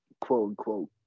quote-unquote